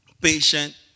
patient